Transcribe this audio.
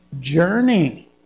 journey